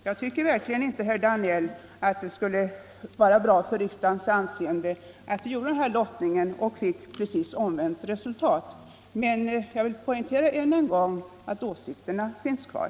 Jag tycker verkligen inte, herr Danell, att det skulle vara bra för riksdagens anseende om vi nu gjorde en lottning och fick precis omvänt resultat mot förra gången. Jag vill emellertid poängtera än en gång att åsikterna finns kvar.